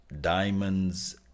Diamonds